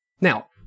Now